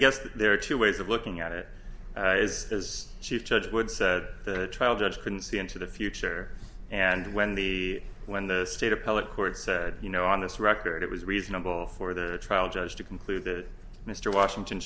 guess there are two ways of looking at it as as she to the trial judge couldn't see into the future and when the when the state appellate court said you know on this record it was reasonable for the trial judge to conclude that mr washington